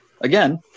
again